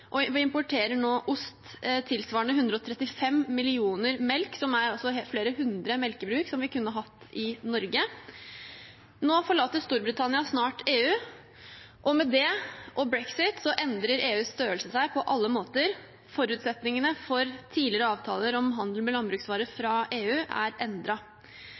vi importerer nå ost tilsvarende 135 millioner liter melk, som tilsvarer flere hundre melkebruk, som vi kunne hatt i Norge. Nå forlater Storbritannia snart EU. Med det endrer EU størrelse på alle måter, og forutsetningene for tidligere avtaler om handel med landbruksvarer fra EU er